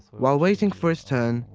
while waiting for his turn,